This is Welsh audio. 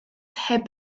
heb